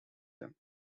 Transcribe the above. them